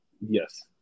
Yes